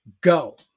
go